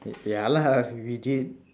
ya lah if we did